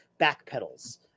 backpedals